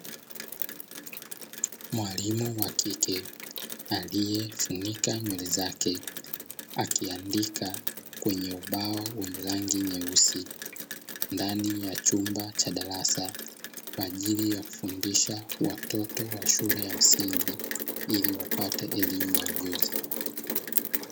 Mwalimu wa kike, aliyefunika nywele zake akiandika kwenye ubao wenye rangi nyeusi ndani ya chumba cha darasa, kwa ajili ya kufundisha watoto wa shule ya msingi, ili wapate elimu na ujuzi.